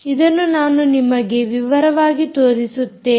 ಇದನ್ನು ನಾನು ನಿಮಗೆ ವಿವರವಾಗಿ ತೋರಿಸುತ್ತೇನೆ